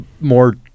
more